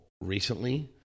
recently